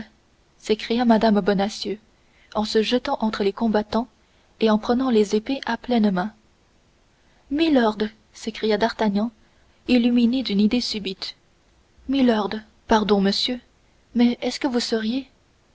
s'écria mme bonacieux en se jetant entre les combattants et prenant les épées à pleines mains milord s'écria d'artagnan illuminé d'une idée subite milord pardon monsieur mais est-ce que vous seriez